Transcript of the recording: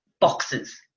boxes